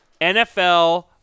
nfl